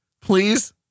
Please